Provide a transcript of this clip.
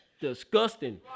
Disgusting